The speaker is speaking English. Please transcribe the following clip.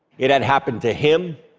it had happened to him,